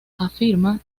afirma